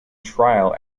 trial